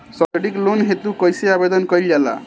सैक्षणिक लोन हेतु कइसे आवेदन कइल जाला?